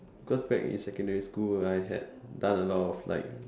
cause back in secondary school I had done a lot of like